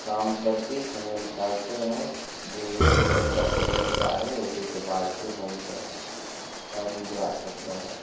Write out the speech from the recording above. काम करके ही समय निकालते हैं जो एक दो दिन का समय मिलता है उसी से बाइक़ से घूमते हैं और एन्ज़ॉय करते हैं